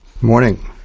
Morning